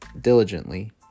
diligently